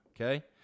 Okay